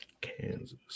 Kansas